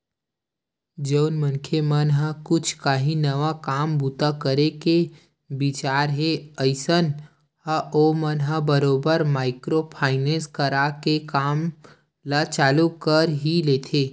जउन मनखे मन ह कुछ काही नवा काम बूता करे के बिचारत हे अइसन म ओमन ह बरोबर माइक्रो फायनेंस करा के काम ल चालू कर ही लेथे